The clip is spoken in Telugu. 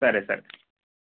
సరే సరే